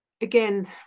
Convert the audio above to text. Again